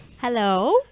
hello